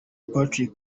patrick